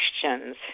questions